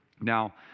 Now